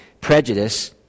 Prejudice